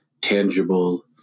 tangible